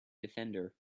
defender